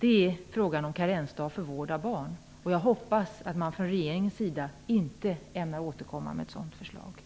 är frågan om karensdag vid vård av barn. Jag hoppas att man från regeringens sida inte ämnar återkomma med ett sådant förslag.